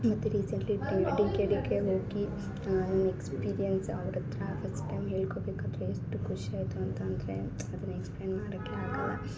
ಮತ್ತು recently D K D K ಹೋಗಿ ನನ್ನ ಎಕ್ಸ್ಪಿರಿಯನ್ಸ್ ಅವರ ಹತ್ರ ಫರ್ಸ್ಟ್ ಟೈಮ್ ಹೆಳ್ಕೋಬೇಕಾದರೆ ಎಷ್ಟು ಖುಷಿ ಆಯಿತು ಅಂತ ಅಂದರೆ ಅದನ್ನು ಎಕ್ಸ್ಪ್ಲೈನ್ ಮಾಡಕ್ಕೆ ಆಗಲ್ಲ